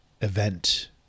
event